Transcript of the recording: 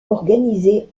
organisé